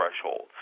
threshold